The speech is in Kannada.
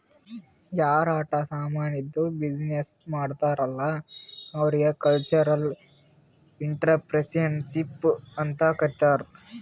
ಯಾರ್ ಆಟ ಸಾಮಾನಿದ್ದು ಬಿಸಿನ್ನೆಸ್ ಮಾಡ್ತಾರ್ ಅಲ್ಲಾ ಅವ್ರಿಗ ಕಲ್ಚರಲ್ ಇಂಟ್ರಪ್ರಿನರ್ಶಿಪ್ ಅಂತ್ ಕರಿತಾರ್